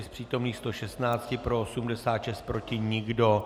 Z přítomných 116 pro 86, proti nikdo.